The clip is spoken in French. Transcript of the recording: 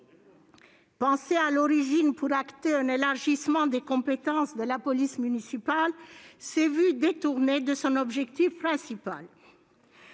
conçue à l'origine pour acter un élargissement des compétences de la police municipale, s'est vue détournée de son objet principal.